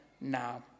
now